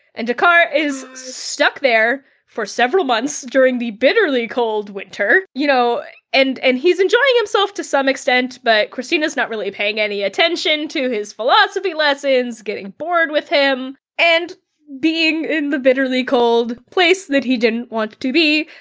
and descartes is stuck there for several months during the bitterly cold winter, you know and and he's enjoying himself to some extent, but kristina is not really paying any attention to his philosophy lessons, getting bored with him, and being in the bitterly cold place that he didn't want to be,